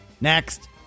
next